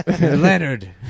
Leonard